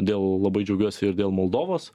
dėl labai džiaugiuosi ir dėl moldovos